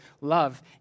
love